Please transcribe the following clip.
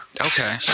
Okay